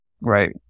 right